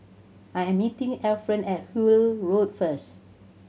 I am meeting Efren at Hullet Road first